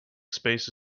space